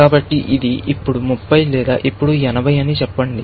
కాబట్టి ఇది ఇప్పుడు 30 లేదా ఇప్పుడు 80 అని చెప్పండి